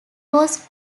was